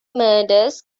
murders